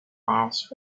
ash